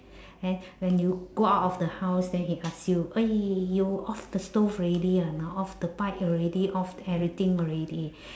and when you go out of the house then he ask you !oi! you off the stove already or not off the pipe already off the everything already